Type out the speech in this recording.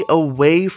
away